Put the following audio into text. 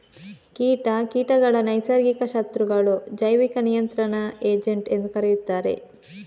ಕೀಟ ಕೀಟಗಳ ನೈಸರ್ಗಿಕ ಶತ್ರುಗಳು, ಜೈವಿಕ ನಿಯಂತ್ರಣ ಏಜೆಂಟ್ ಎಂದೂ ಕರೆಯುತ್ತಾರೆ